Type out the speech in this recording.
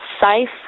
safe